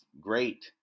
great